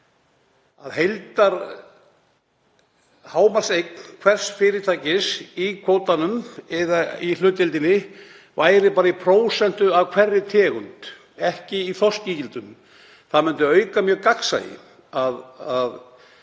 að heildarhámarkseign hvers fyrirtækis í kvótanum eða í hlutdeildinni væri sett fram í prósentum af hverri tegund, ekki í þorskígildum. Það myndi auka mjög gagnsæi að